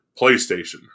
PlayStation